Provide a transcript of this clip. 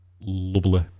Lovely